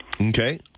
Okay